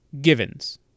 givens